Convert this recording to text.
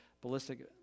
ballistic